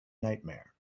nightmare